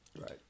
Right